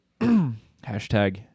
Hashtag